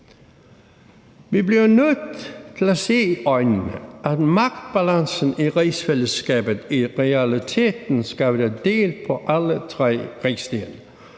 Vi bliver nødt til at se i øjnene, at magtbalancen i Rigsfællesskabet i realiteten skal være delt på alle tre rigsdele.